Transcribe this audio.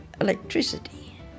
electricity